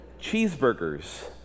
cheeseburgers